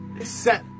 set